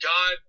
God